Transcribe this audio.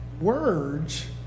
words